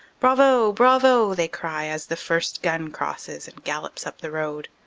bravo, bravo! they cry as the first gun crosses and gallops up the road.